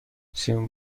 سیم